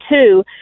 two